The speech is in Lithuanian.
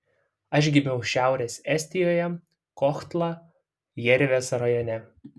aš gimiau šiaurės estijoje kohtla jervės rajone